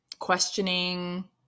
Questioning